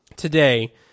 today